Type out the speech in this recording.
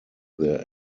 their